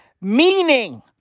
meaning